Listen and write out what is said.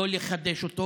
לא לחדש אותו.